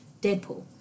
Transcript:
Deadpool